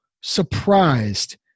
surprised